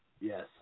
Yes